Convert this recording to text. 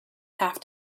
have